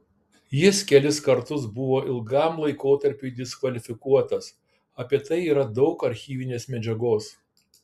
jis kelis kartus buvo ilgam laikotarpiui diskvalifikuotas apie tai yra daug archyvinės medžiagos